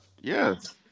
Yes